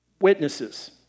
Witnesses